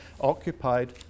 occupied